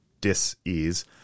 dis-ease